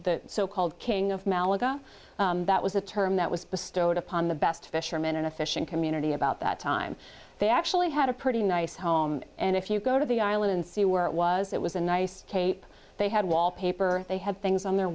the so called king of malaga that was a term that was bestowed upon the best fishermen in a fishing community about that time they actually had a pretty nice home and if you go to the island and see where it was it was a nice cape they had wallpaper they had things on their